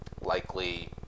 likely